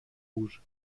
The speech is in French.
rouges